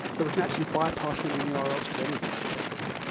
so we can actually bypass and any ah url to anything effectively.